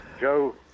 Joe